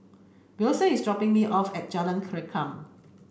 Wilson is dropping me off at Jalan Rengkam